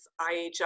IHI